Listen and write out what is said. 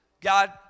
God